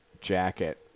jacket